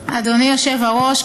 היושב-ראש,